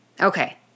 okay